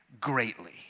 greatly